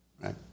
right